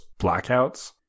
blackouts